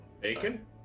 Bacon